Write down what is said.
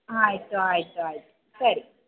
ಹಾಂ ಆಯಿತು ಆಯಿತು ಆಯಿತು ಸರಿ